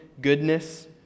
goodness